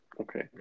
Okay